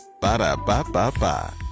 Ba-da-ba-ba-ba